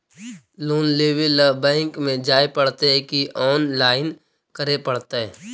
Loan लेवे ल bank में जाय पड़तै कि औनलाइन करे पड़तै?